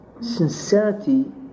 sincerity